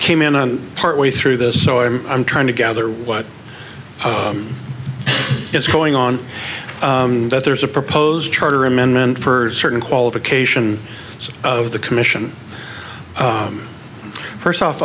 came in on part way through this so i'm i'm trying to gather what is going on that there is a proposed charter amendment for certain qualification of the commission first off